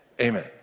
amen